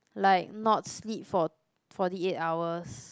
like not sleep for forty eight hours